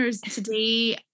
today